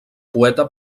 poeta